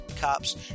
cops